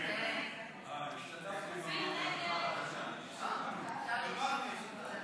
קבוצת סיעת יהדות התורה וקבוצת סיעת